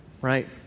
right